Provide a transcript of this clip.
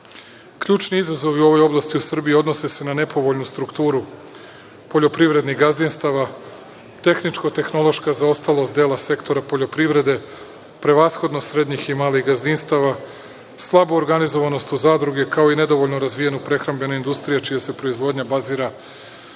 Šešelja. Ključni izazovi u ovoj oblasti u Srbiji odnose se na nepovoljnu strukturu poljoprivrednih gazdinstava, tehničko-tehnološka zaostalost dela sektora poljoprivrede, prevashodno srednjih i malih gazdinstava, slabu organizovanost u zadruge, kao i nedovoljno razvijenu prehrambenu industriju, a čija se proizvodnja bazira na